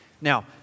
Now